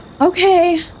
Okay